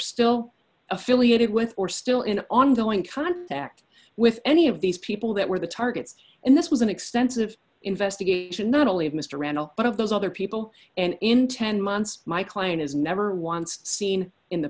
still affiliated with or still in ongoing contact with any of these people that were the targets and this was an extensive investigation not only of mr randall but of those other people and in ten months my client has never once seen in the